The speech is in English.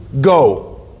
go